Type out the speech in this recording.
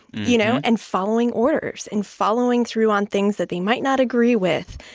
you know, and following orders and following through on things that they might not agree with,